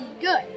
good